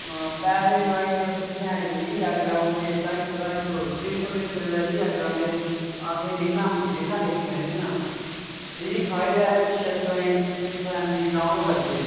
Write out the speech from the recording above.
पैसे मुकाई ओड़दे ओह् पिच्छै रिचार्ज कराई ओड़दे ढाई सौ तीन सौ तीन सौ दा रिचार्ज करांदे आखदे रीलां दिक्खनियां फ्री फायर छे सौ एमबी दी डाउन लोड करदे